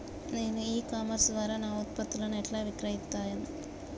నేను e commerce ద్వారా నా ఉత్పత్తులను ఎట్లా విక్రయిత్తను?